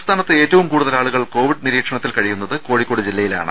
സംസ്ഥാനത്ത് ഏറ്റവും കൂടുതൽ ആളുകൾ കോവിഡ് നിരീക്ഷണത്തിൽ കഴിയുന്നത് കോഴിക്കോട് ജില്ലയിലാണ്